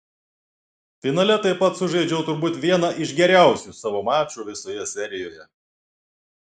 finale taip pat sužaidžiau turbūt vieną iš geriausių savo mačų visoje serijoje